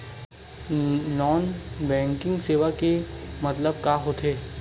Non banking सेवा के मतलब का होथे?